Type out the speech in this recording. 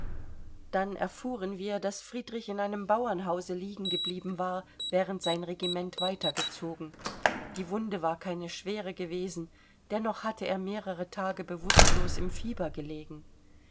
dann erfuhren wir daß friedrich in einem bauernhause liegen geblieben war während sein regiment weiter gezogen die wunde war keine schwere gewesen dennoch hatte er mehrere tage bewußtlos im fieber gelegen